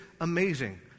amazing